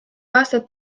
aastat